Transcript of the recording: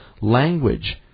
Language